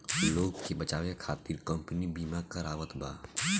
लोग के बचावे खतिर कम्पनी बिमा करावत बा